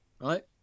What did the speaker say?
right